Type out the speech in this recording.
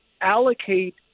allocate